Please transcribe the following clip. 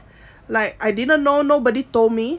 like I didn't know nobody told me